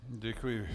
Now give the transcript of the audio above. Děkuji.